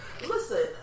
Listen